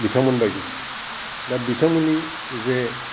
बिथांमोन बायदि दा बिथांमोननि जे